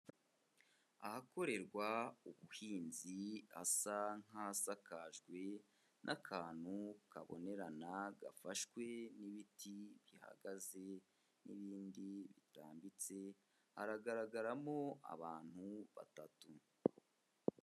Ahakorerwa ubuhinzi hasa nk'ahasakajwe n'akantu kabonerana gafashwe n'ibiti bihagaze n'ibindi bitambitse, haragaragaramo abantu batatu.